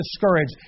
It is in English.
discouraged